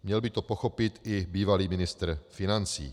Měl by to pochopit i bývalý ministr financí.